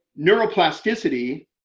neuroplasticity